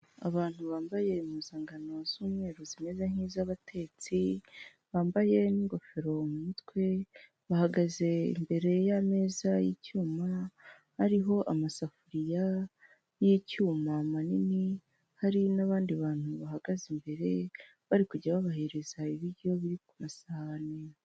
Abantu bambaye impuzangano z'umweru zimeze nk'iz'abatetsi, bambaye n'ingofero mu mutwe bahagaze imbere y'ameza y'icyuma ariho amasafuriya y'icyuma manini, hari n'abandi bantu bahagaze imbere bari kujya babahereza ibiryo biri ku masahani.